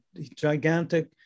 gigantic